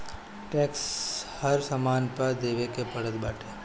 tax हर सामान पे देवे के पड़त बाटे